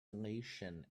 elation